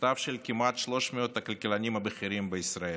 מכתב של כמעט 300 הכלכלנים הבכירים בישראל,